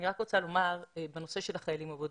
אני רק רוצה לומר בנושא של החיילים הבודדים,